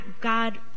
God